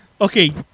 Okay